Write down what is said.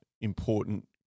important